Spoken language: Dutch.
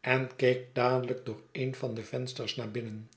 en keek dadelijk door een van de vensters naar binnen